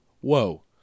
Whoa